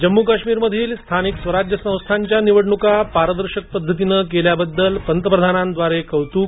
जम्मू काश्मीरमधील स्थानिक स्वराज्य संस्थांच्या निवडणुका पारदर्शक पद्धतीने केल्याबद्दल पंतप्रधानांद्वारे कौतुक